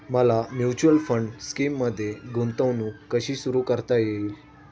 मला mutual fund स्कीममध्ये गुंतवणूक कशी सुरू करता येईल?